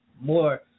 more